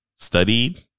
studied